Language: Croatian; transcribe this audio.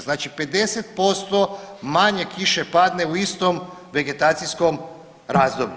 Znači 50% manje kiše padne u istom vegetacijskom razdoblju.